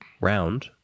round